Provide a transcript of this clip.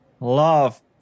love